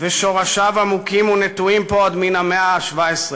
ושורשיו עמוקים ונטועים פה עוד מן המאה השבע-עשרה,